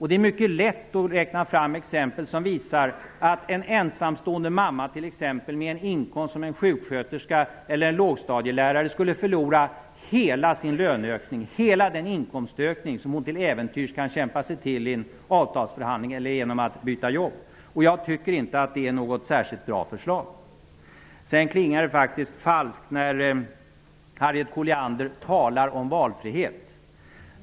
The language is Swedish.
Det är mycket lätt att räkna fram exempel som visar att t.ex. en ensamstående mamma som är sjuksköterska eller lågstadielärare då skulle förlora hela den inkomstökning som hon till äventyrs kan kämpa sig till i en avtalsförhandling eller genom att byta jobb. Jag tycker inte att det är något särskilt bra förslag. Det klingar falskt när Harriet Colliander talar om valfrihet.